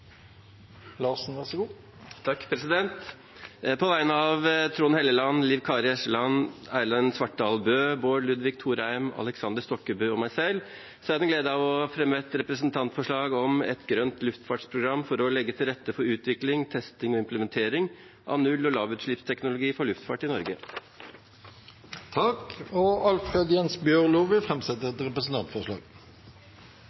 På vegne av representantene Trond Helleland, Liv Kari Eskeland, Erlend Svardal Bøe, Bård Ludvig Thorheim, Aleksander Stokkebø og meg selv har jeg gleden av å framsette et representantforslag om et grønt luftfartsprogram for å legge til rette for utvikling, testing og implementering av null- og lavutslippsteknologi for luftfart i Norge. Representanten Alfred Jens Bjørlo vil